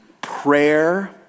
prayer